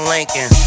Lincoln